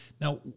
Now